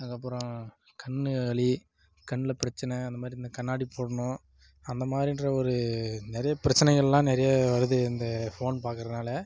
அதுக்கப்புறம் கண் வலி கண்ணில் பிரச்சனை அந்த மாதிரி அந்த கண்ணாடி போடணும் அந்த மாதிரின்ற ஒரு நிறைய பிரச்சனைகள்லாம் நிறைய வருது இந்த ஃபோன் பார்க்கறதுனால